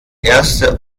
erste